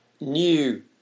new